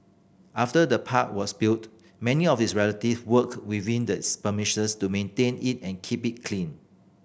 after the park was built many of his relative worked within its premises to maintain it and keep it clean